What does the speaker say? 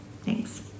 Thanks